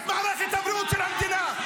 את מערכת הבריאות של המדינה.